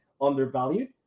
undervalued